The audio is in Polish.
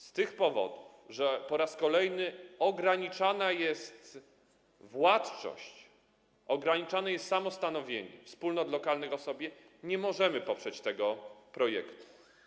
Z tych powodów, dlatego że po raz kolejny ograniczana jest władczość, ograniczane jest samostanowienie wspólnot lokalnych, nie możemy poprzeć tego projektu.